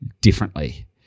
differently